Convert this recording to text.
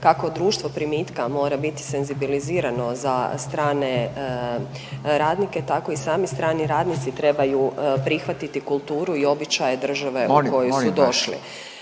Kako društvo primitka mora biti senzibilizirano za strane radnike, tako i sami strani radnici trebaju prihvatiti kulturu i običaje države u koju su došli,